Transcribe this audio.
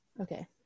Okay